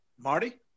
Marty